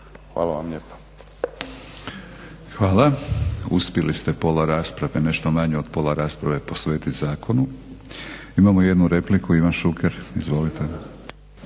Milorad (HNS)** Hvala. Uspjeli ste pola rasprave, nešto manje od pola rasprave posvetiti zakonu. Imamo jednu repliku, Ivan Šuker. Izvolite.